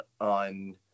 on